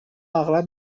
اغلب